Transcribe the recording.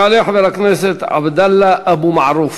יעלה חבר הכנסת עבדאללה אבו מערוף.